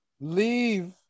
Leave